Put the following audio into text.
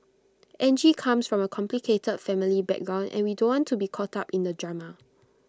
Angie comes from A complicated family background and we don't want to be caught up in the drama